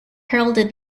heralded